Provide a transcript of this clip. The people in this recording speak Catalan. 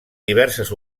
diverses